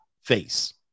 face